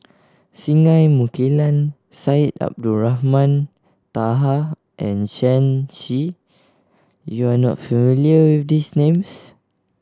Singai Mukilan Syed Abdulrahman Taha and Shen Xi you are not familiar with these names